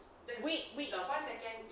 wait wait